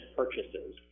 purchases